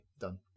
Done